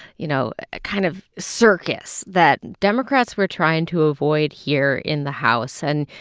you know ah kind of circus that democrats were trying to avoid here in the house and,